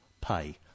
pay